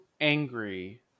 angry